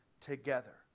together